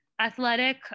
athletic